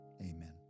amen